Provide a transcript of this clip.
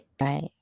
Right